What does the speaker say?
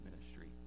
ministry